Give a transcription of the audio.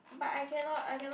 but I cannot I cannot